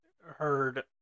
Heard